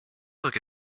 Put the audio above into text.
like